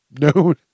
No